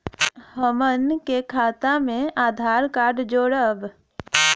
हमन के खाता मे आधार कार्ड जोड़ब?